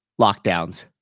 Lockdowns